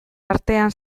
artean